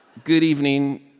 good evening.